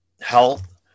health